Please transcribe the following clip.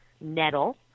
nettle